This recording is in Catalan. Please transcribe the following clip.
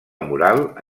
mural